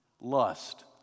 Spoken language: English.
lust